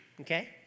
Okay